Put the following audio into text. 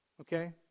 Okay